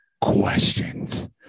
questions